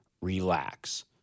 Relax